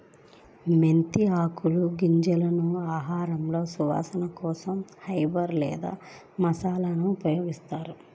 మెంతి ఆకులు, గింజలను ఆహారంలో సువాసన కోసం హెర్బ్ లేదా మసాలాగా ఉపయోగిస్తారు